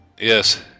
Yes